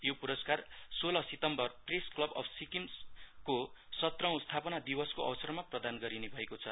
यो पुरस्कार सोल सितम्बर प्रेस क्लब अफ सिक्किमको सत्रऔ स्थापना दिवसको अवसरमा प्रदान गरिने भएको छ